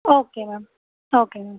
okay ma'am okay ma'am